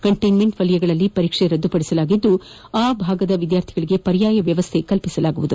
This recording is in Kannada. ಕಂಟೈನ್ಮೆಂಟ್ ವಲಯಗಳಲ್ಲಿ ಪರೀಕ್ಷೆ ರದ್ದುಪಡಿಸಲಾಗಿದ್ದು ಆ ಭಾಗದ ವಿದ್ಯಾರ್ಥಿಗಳಿಗೆ ಪರ್ಯಾಯ ವ್ಯವಸ್ಥೆ ಮಾಡಲಾಗಿದೆ